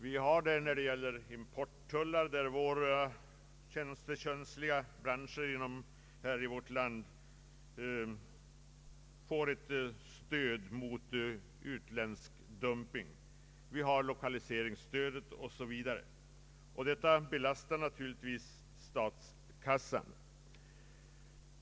Vissa branscher i vårt land får t.ex. genom importtullar och importbegränsning stöd mot utländsk dumping. Vi har lokaliseringsstödet 0. S. V.